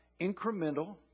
incremental